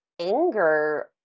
anger